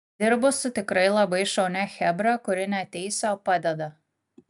dirbu su tikrai labai šaunia chebra kuri ne teisia o padeda